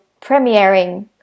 premiering